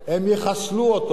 הם יחסלו אותו.